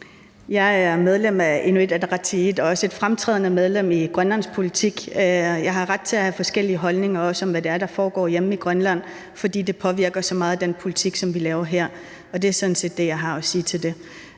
og er også et fremtrædende medlem i grønlandsk politik, og jeg har ret til at have forskellige holdninger, også om hvad det er, der foregår hjemme i Grønland, fordi det så meget påvirker den politik, som vi laver her. Det er sådan set det, jeg har at sige til det.